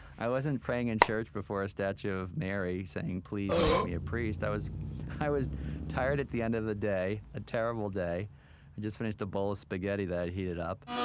i wasn't praying in church before a statue of mary, saying, please make me a priest. i was i was tired at the end of the day, a terrible day, had just finished a bowl of spaghetti that i'd heated up,